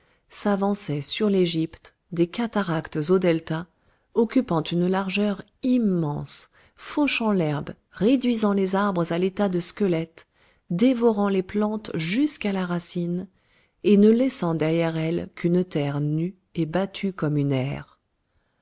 s'avançait sur l'égypte des cataractes au delta occupant une largeur immense fauchant l'herbe réduisant les arbres à l'état de squelettes dévorant les plantes jusqu'à la racine et ne laissant derrière elle qu'une terre nue et battue comme une aire